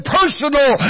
personal